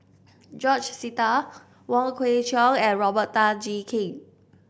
George Sita Wong Kwei Cheong and Robert Tan Jee Keng